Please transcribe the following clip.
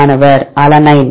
மாணவர் அலனைன்